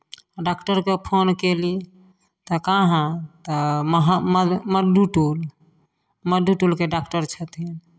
डाक्टरकेँ phone कयली तऽ कहाँ तऽ महा म् मडु टोल मडु टोलके डाक्टर छथिन